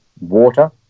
water